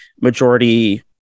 majority